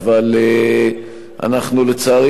אבל לצערי,